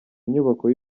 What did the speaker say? inyubako